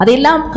Adilam